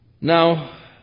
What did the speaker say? Now